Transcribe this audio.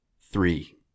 three